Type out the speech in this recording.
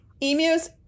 emus